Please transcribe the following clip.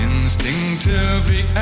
Instinctively